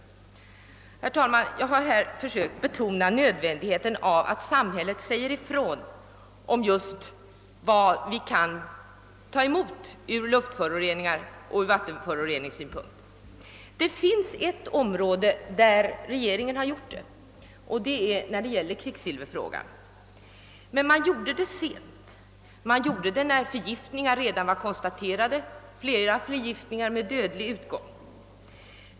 Herr talman! Jag har försökt betona nödvändigheten av att samhället säger ifrån just beträffande vad som kan tolereras i fråga om luftoch vattenföroreningar. Det finns ett område där regeringen har ingripit, nämligen i kvicksilverfrågan. Den gjorde det relativt sent, först när förgiftningar redan konstaterats, flera av dem med dödlig utgång.